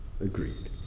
agreed